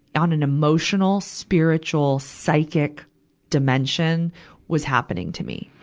on an emotional, spiritual, psychic dimension was happening to me.